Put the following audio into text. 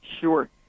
Sure